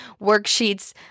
worksheets